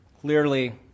Clearly